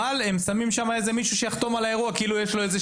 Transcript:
אבל הם שמים שם מישהו שיחתום על האירוע כאילו יש לו איזו